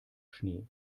schnee